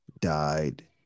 died